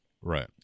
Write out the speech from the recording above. Right